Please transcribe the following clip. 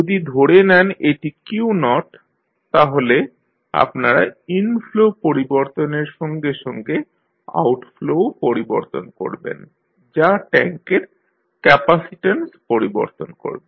যদি ধরে নেন এটি q0 তাহলে আপনারা ইনফ্লো পরিবর্তনের সঙ্গে সঙ্গে আউটফ্লো ও পরিবর্তন করবেন যা ট্যাঙ্কের ক্যাপাসিট্যান্স পরিবর্তন করবে